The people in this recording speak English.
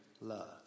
love